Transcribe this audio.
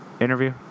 interview